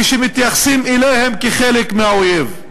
כשמתייחסים אליהם כחלק מהאויב.